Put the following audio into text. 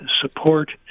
support